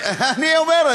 אני אומר,